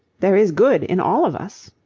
there is good in all of us.